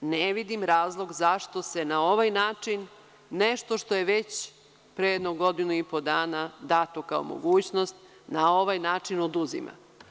Ne vidim razlog zašto se na ovaj način nešto što je već pre jedno godinu i po dana dato kao mogućnost na ovaj način oduzima.